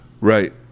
right